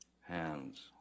hands